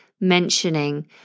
mentioning